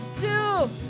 two